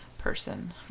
person